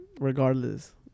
Regardless